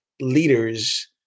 leaders